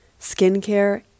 skincare